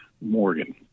Morgan